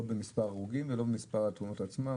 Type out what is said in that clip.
לא במספר ההרוגים ולא במספר התאונות עצמן,